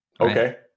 Okay